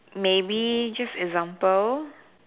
maybe just example